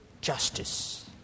justice